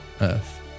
Earth